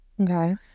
okay